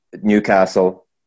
Newcastle